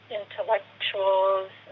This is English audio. intellectuals